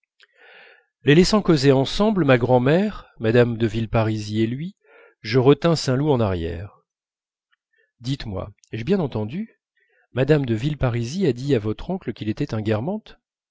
les laissant causer ensemble ma grand'mère mme de villeparisis et lui je retins saint loup en arrière dites-moi ai-je bien entendu madame de villeparisis a dit à votre oncle qu'il était un